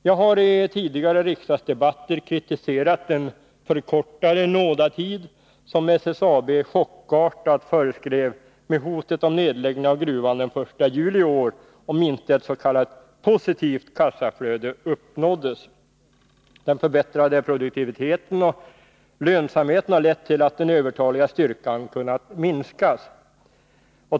Jag har i tidigare riksdagsdebatter kritiserat den förkortade nådatid som SSAB chockartat föreskrev med hotet om nedläggning av gruvan den 1 juli i år, om inte ett s.k. positivt kassaflöde uppnåddes. Den förbättrade produktiviteten och lönsamheten har lett till att den övertaliga styrkan kunnat minskas.